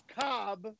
Cobb